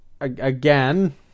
again